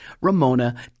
Ramona